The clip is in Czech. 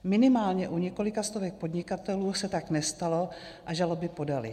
Minimálně u několika stovek podnikatelů se tak nestalo a žaloby podali.